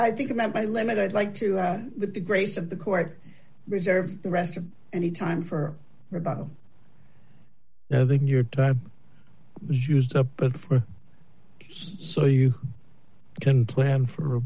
i think about my limit i'd like to add that the grace of the court reserved the rest of any time for or about having your time is used up but for so you can plan for